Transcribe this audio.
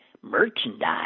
merchandise